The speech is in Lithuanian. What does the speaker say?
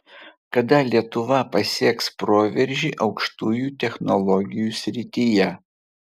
kada lietuva pasieks proveržį aukštųjų technologijų srityje